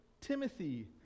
Timothy